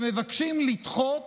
שמבקשים לדחות